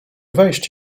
wejść